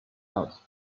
out